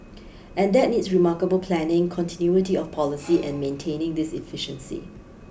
and that needs remarkable planning continuity of policy and maintaining this efficiency